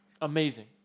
Amazing